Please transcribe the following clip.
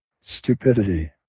Stupidity